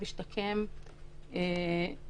איסור השקילה נועד להציב מחסום שקובע מה מותר ומה אסור לשקול.